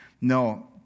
No